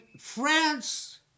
France